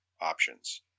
options